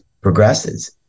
progresses